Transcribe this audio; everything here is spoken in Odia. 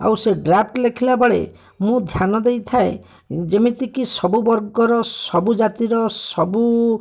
ଆଉ ସେଇ ଡ୍ରାଫ୍ଟ୍ ଲେଖିଲାବେଳେ ମୁଁ ଧ୍ୟାନ ଦେଇଥାଏ ଯେମିତିକି ସବୁ ବର୍ଗର ସବୁ ଜାତି ର ସବୁ